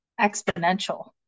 exponential